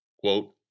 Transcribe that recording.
quote